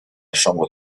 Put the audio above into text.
chambre